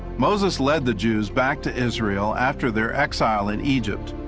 moses led the jews back to israel after their exile in egypt.